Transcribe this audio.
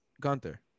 Gunther